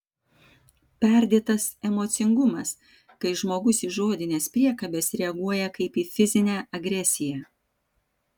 perdėtas emocingumas kai žmogus į žodines priekabes reaguoja kaip į fizinę agresiją